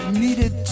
needed